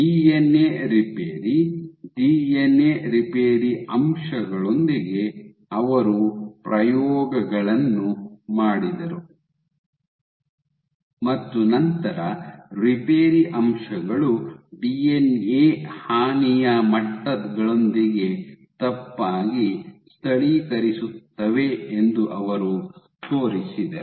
DNA repair DNA repair ಅಂಶಗಳೊಂದಿಗೆ ಅವರು ಪ್ರಯೋಗಗಳನ್ನು ಮಾಡಿದರು ಮತ್ತು ನಂತರ ರಿಪೇರಿ ಅಂಶಗಳು ಡಿಎನ್ಎ ಹಾನಿಯ ಮಟ್ಟಗಳೊಂದಿಗೆ ತಪ್ಪಾಗಿ ಸ್ಥಳೀಕರಿಸುತ್ತವೆ ಎಂದು ಅವರು ತೋರಿಸಿದರು